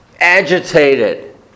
Agitated